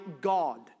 God